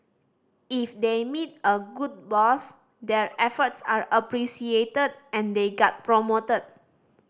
if they meet a good boss their efforts are appreciated and they get promoted